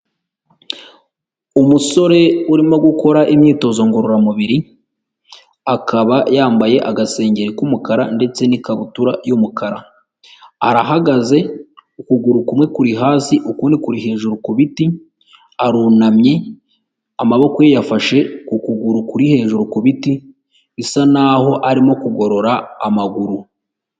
Umusore urimo gukora imyitozo ngororamubiri akaba yambaye agasengeri k'umukara ndetse n'ikabutura y'umukara, arahagaze ukuguru kumwe kuri hasi ukundi kuri hejuru ku biti, arunamye amaboko ye yafashe ku kuguru kuri hejuru ku biti, bisa naho arimo kugorora amaguru.